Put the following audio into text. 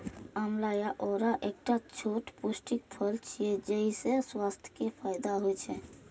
आंवला या औरा एकटा छोट पौष्टिक फल छियै, जइसे स्वास्थ्य के फायदा होइ छै